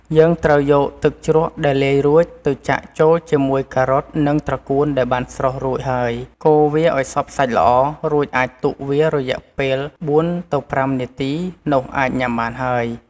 យើងត្រូវយកទឹកជ្រក់ដែលលាយរួច ទៅចាក់ចូលជាមួយការ៉ុត និងត្រកួនដែលបានស្រុះ រួចហើយ កូរវាឱ្យសព្វសាច់ល្អ រួចអាចទុកវារយៈពេល ៤-៥ នាទី នោះអាចញ៉ាំបានហើយ។